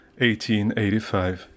1885